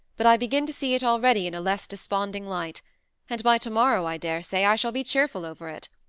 but i begin to see it already in a less desponding light and by to-morrow i dare say i shall be cheerful over it.